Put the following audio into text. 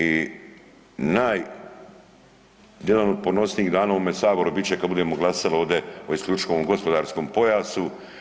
I jedan od ponosnijih dana u ovome Saboru bit će kada budemo glasali ovdje o isključivom gospodarskom pojasu.